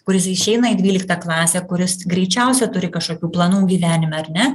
kuris išeina į dvyliktą klasę kuris greičiausia turi kažkokių planų gyvenime ar ne